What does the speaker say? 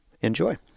enjoy